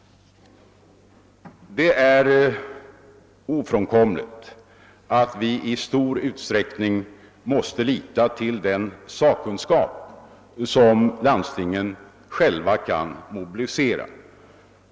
Det är ofrånkomligt att vi i stor utsträckning måste lita till den sakkunskap som landstingen själva kan mobilisera.